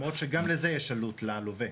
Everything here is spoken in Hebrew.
למרות שגם לזה יש עלות ללווה.